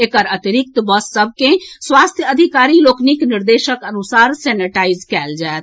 एकर अतिरिक्त बस सभ के स्वास्थ्य अधिकारी लोकनिक निर्देशक अनुसार सेनेटाइज कएल जाएत